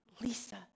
Lisa